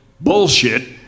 bullshit